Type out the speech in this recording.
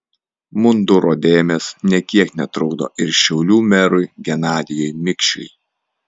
munduro dėmės nė kiek netrukdo ir šiaulių merui genadijui mikšiui